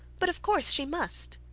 but of course she must.